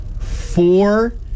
four